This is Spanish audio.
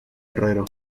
herrero